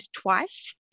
twice